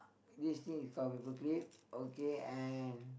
this thing is call paper clip okay and